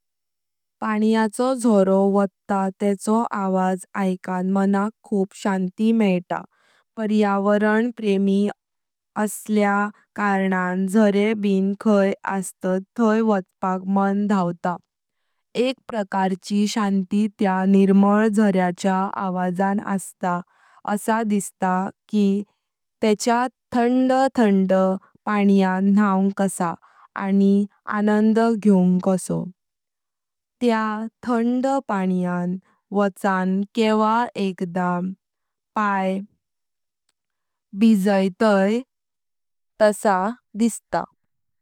पाण्याचो झारो वोट्टा तेचो आवाज ऐक्न मणक खूप शांतिं मेइता, पर्यावरण प्रेमी असल्या कारणन झारे बिन खाई असतात थाय वचपाक माण धावत, एक प्रकार ची शांति त्या निर्मल झाऱ्याच्या आवाजान असता, अस दिसता कि तेचया थंड थंड पाण्यां न्हायूंग कसां, आनी आनंद घेवंग कसो। त्या थंड पाण्यां वाचन केवा एकदा पाय भीजैतै तश दिसता।